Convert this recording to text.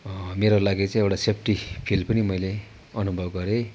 मेरो लागि चाहिँ एउटा सेफ्टी फिल पनि मैले अनुभव गरेँ